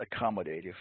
accommodative